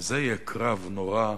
זה יהיה קרב נורא ואיום.